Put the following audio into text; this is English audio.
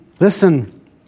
Listen